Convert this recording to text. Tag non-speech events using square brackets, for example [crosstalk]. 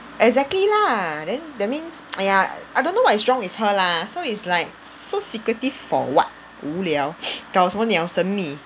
exactly lah then that means [noise] !aiya! I don't know what is wrong with her lah so it's like so secretive for what 无聊搞什么鸟神秘